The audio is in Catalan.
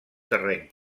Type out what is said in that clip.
terreny